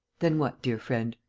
then what, dear friend?